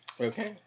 Okay